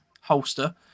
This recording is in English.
holster